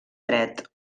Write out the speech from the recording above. dret